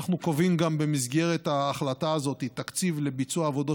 אנחנו קובעים גם במסגרת ההחלטה הזאת תקציב לביצוע עבודות